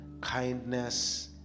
kindness